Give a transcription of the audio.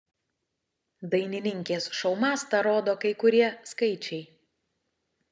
dainininkės šou mastą rodo kai kurie skaičiai